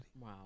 Wow